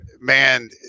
man